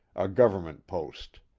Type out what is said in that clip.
a government post.